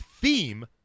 theme